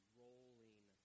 rolling